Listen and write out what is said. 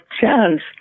chance